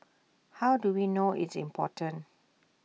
how do we know it's important